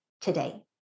today